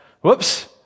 Whoops